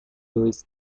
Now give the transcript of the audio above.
dois